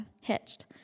hitched